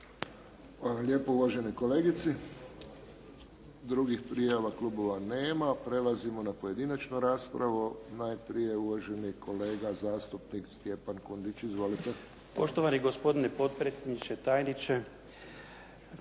lijepo uvaženoj kolegici. Drugih prijava klubova nema. Prelazimo na pojedinačnu raspravu. Najprije uvaženi kolega zastupnik Stjepan Kundić. Izvolite. **Kundić, Stjepan (HDZ)** Poštovani gospodine potpredsjedniče, tajniče,